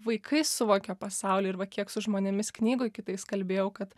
vaikai suvokia pasaulį ir va kiek su žmonėmis knygoj kitais kalbėjau kad